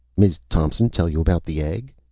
miz thompson tell you about the egg?